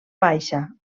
baixa